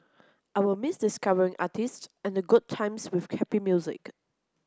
I will miss discovering artists and the good times with happy music